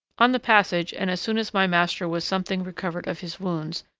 on the passage, and as soon as my master was something recovered of his wounds,